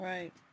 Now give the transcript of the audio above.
Right